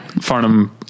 Farnham